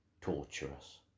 torturous